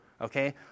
Okay